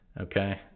okay